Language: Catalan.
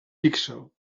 píxel